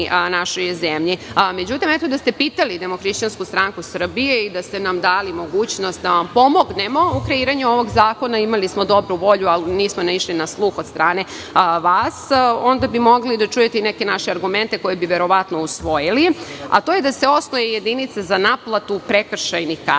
našoj zemlji. Međutim, da ste pisali DHSS i da ste nam dali mogućnost da vam pomognemo u kreiranju ovog zakona, imali smo dobru volju, ali nismo naišli na sluh od strane vas, onda bi mogli da čujete i neke naše argumente koje bi verovatno usvojili, a to je da se osnuje jedinica za naplatu prekršajnih